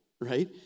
right